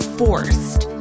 forced